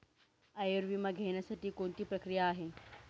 आयुर्विमा घेण्यासाठी कोणती प्रक्रिया आहे?